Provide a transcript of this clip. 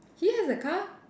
he has a car